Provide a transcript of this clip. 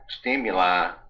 stimuli